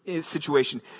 situation